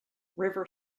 river